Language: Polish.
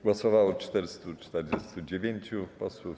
Głosowało 449 posłów.